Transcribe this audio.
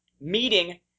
meeting